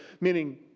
Meaning